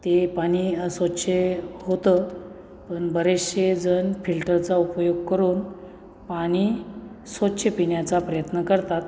ते पाणी अस्वच्छ होतं पण बरेचसेजण फिल्टरचा उपयोग करून पाणी स्वच्छ पिण्याचा प्रयत्न करतात